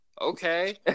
okay